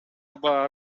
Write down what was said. аба